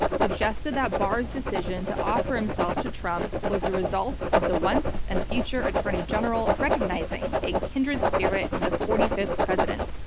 suggested that barr's decision to offer himself to trump was the result of the once and future attorney general recognizing a kindred spirit in the forty fifth president.